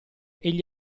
egli